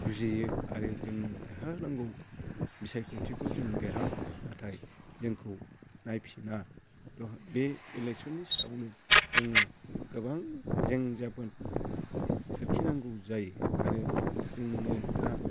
जुजियो आरो जोंनो देरहानांगौ बिसायख'थिखौ जों देरहा हरो नाथाय जोंखौ नायफिना बे एलेक्शननि सायावनो जोंनो गोबां जें जाबों सोरखिनांगौ जायो आरो जोंनो दा